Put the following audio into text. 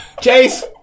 chase